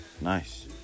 nice